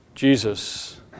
Jesus